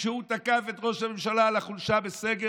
והוא תקף את ראש הממשלה על החולשה בסגר?